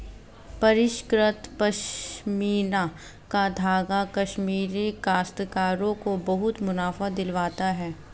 परिष्कृत पशमीना का धागा कश्मीरी काश्तकारों को बहुत मुनाफा दिलवाता है